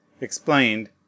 explained